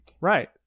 Right